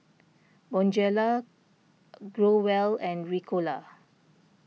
Bonjela Growell and Ricola